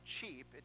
cheap